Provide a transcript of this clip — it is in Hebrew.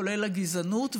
כולל הגזענות.